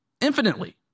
infinitely